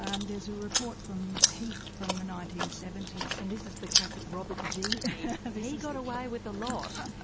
um there's a report from heath from the nineteen seventy s. and this is the classic robert g heath he got away with a lot.